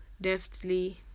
deftly